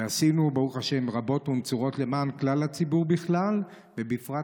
ועשינו ברוך השם רבות ונצורות למען כלל הציבור בכלל ובפרט